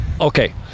Okay